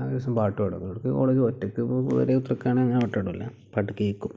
ഒരു ദിവസം പാട്ട് പാടും അവർക്ക് ഒറ്റക്ക് ഓരോരുത്തർക്കാണെ അങ്ങനെ പാട്ട് പാടില്ല പാട്ട് കേൾക്കും